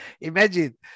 Imagine